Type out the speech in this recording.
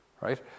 Right